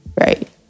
right